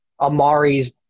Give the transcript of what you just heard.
Amari's